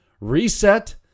reset